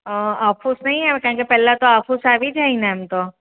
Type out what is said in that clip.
હ આફુસ નહીં આવે કેમ કે પહેલાં તો આફૂસ આવી જાયને આમ તો